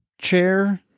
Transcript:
chair